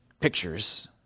pictures